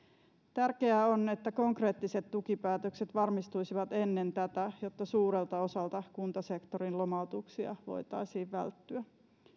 tärkeää on että konkreettiset tukipäätökset varmistuisivat ennen tätä jotta suurelta osalta kuntasektorin lomautuksia voitaisiin välttyä